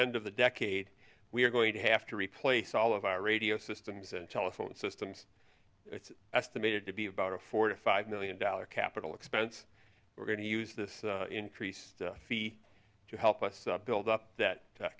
end of the decade we are going to have to replace all of our radio systems and telephone systems it's estimated to be about a forty five million dollars capital expense we're going to use this increased fee to help us up build up that